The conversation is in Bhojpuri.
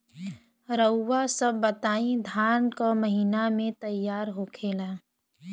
रउआ सभ बताई धान क महीना में तैयार होखेला?